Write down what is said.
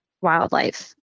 wildlife